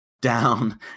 down